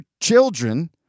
children